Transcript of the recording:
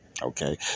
Okay